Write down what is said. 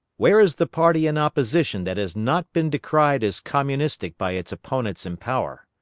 where is the party in opposition that has not been decried as communistic by its opponents in power?